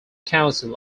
council